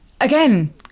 Again